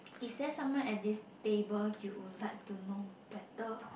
is there someone at this table you want to know better